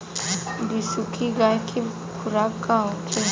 बिसुखी गाय के खुराक का होखे?